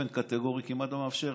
אני לא רוצה